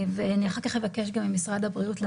אני אחר כך אבקש גם ממשרד הבריאות להתייחס.